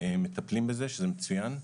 מטפלים בזה, זה מצוין,